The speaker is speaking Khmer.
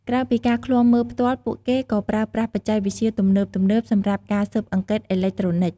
ក្រៅពីការឃ្លាំមើលផ្ទាល់ ពួកគេក៏ប្រើប្រាស់បច្ចេកវិទ្យាទំនើបៗសម្រាប់ការស៊ើបអង្កេតអេឡិចត្រូនិក។